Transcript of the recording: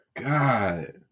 God